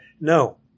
No